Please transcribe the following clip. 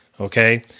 okay